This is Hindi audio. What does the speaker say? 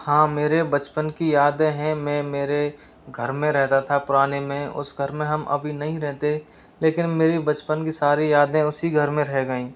हाँ मेरे बचपन की यादें हैं मैं मेरे घर में रहता था पुराने में उस घर में हम अभी नहीं रहते लेकिन मेरी बचपन की सारी यादें उसी घर में रह गई